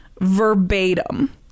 verbatim